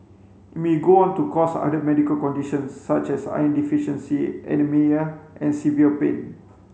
it may go on to cause other medical conditions such as iron deficiency anaemia and severe pain